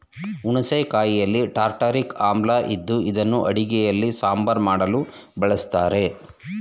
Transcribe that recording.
ಹುಣಸೆ ಕಾಯಿಯಲ್ಲಿ ಟಾರ್ಟಾರಿಕ್ ಆಮ್ಲ ಇದ್ದು ಇದನ್ನು ಅಡುಗೆಯಲ್ಲಿ ಸಾಂಬಾರ್ ಮಾಡಲು ಬಳಸ್ತರೆ